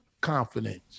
confidence